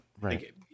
Right